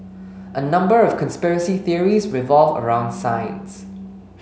a number of conspiracy theories revolve around science